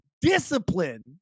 discipline